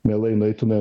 mielai nueitume